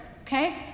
okay